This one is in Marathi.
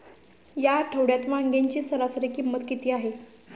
या आठवड्यात वांग्याची सरासरी किंमत किती आहे?